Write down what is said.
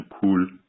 cool